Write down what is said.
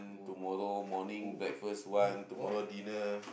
tomorrow morning breakfast one tomorrow dinner